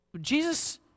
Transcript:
Jesus